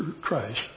Christ